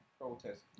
protest